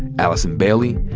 allison bailey,